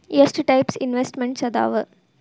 ಎಷ್ಟ types investments ಅದಾವ